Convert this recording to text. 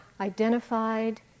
identified